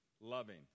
loving